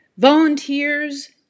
Volunteers